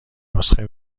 نسخه